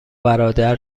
برادر